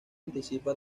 anticipa